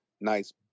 nice